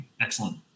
excellent